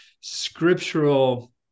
scriptural